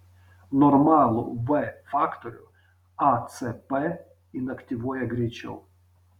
normalų v faktorių acp inaktyvuoja greičiau